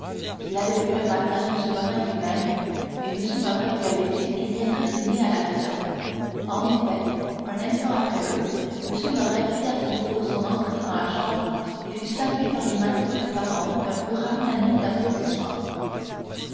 il avait vu le matin m morrel lui-même et m morrel lui avait dit qu'il viendrait dîner à la réserve en effet un instant après eux m morrel fit à son tour son entrée dans la chambre et fut salué par les matelots du pharaon d'un hourra unanime d'applaudissements